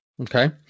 Okay